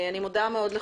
אני מאוד מודה לכולם.